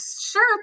sure